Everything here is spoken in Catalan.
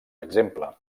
exemple